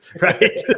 right